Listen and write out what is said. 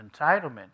entitlement